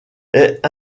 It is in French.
est